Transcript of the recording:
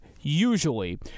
usually